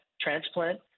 transplant